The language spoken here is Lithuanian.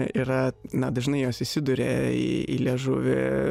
yra na dažnai jos įsiduria į liežuvį